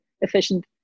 efficient